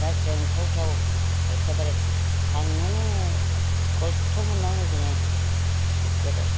जा जोंथावथाव एखेबारे थांनोनो खस्त' मोननांगौ जोङो एखेबारे